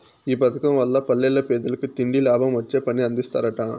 ఈ పదకం వల్ల పల్లెల్ల పేదలకి తిండి, లాభమొచ్చే పని అందిస్తరట